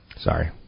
Sorry